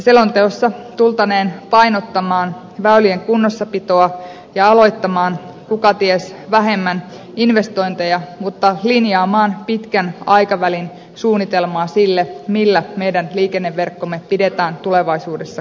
selonteossa tultaneen painottamaan väylien kunnossapitoa ja aloittamaan kukaties vähemmän investointeja mutta linjaamaan pitkän aikavälin suunnitelmaa sille millä meidän liikenneverkkomme pidetään tulevaisuudessa kunnossa